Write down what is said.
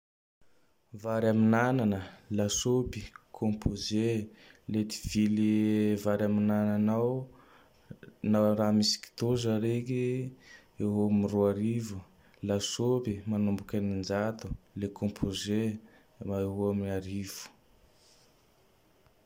Vary amin'anana, Lasopy, Kômpôze. Le ty vily vary amin'anana ao; nao raha misy kitoza reke eo am Roarivo. Lasopy manomboky Eninjato. Le Kômpôze eo h eo am Arivo.